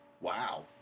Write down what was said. Wow